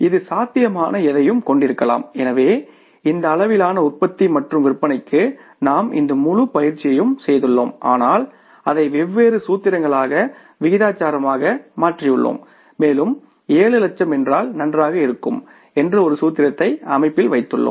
இது சாத்தியமான எதையும் கொண்டிருக்கலாம் எனவே இந்த அளவிலான உற்பத்தி மற்றும் விற்பனைக்கு நாம் இந்த முழு பயிற்சியையும் செய்துள்ளோம் ஆனால் அதை வெவ்வேறு சூத்திரங்களாக விகிதாசாரமாக மாற்றியுள்ளோம் மேலும் 7 இலட்சம் என்றால் நன்றாக இருக்கும் என்று ஒரு சூத்திரத்தை அமைப்பில் வைத்துள்ளோம்